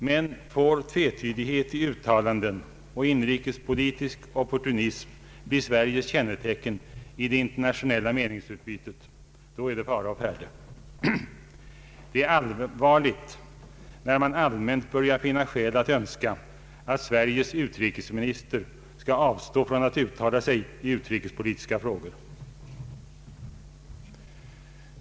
Men får tvetydighet i uttalanden och inrikespolitisk opportunism bli Sveriges kännetecken i det internationella meningsutbytet, då är det fara å färde. Det är allvarligt när man allmänt börjar finna skäl att önska att Sveriges utrikesminister skall avstå från att uttala sig i utrikespolitiska frågor.